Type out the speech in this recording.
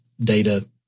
data